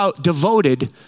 devoted